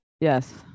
yes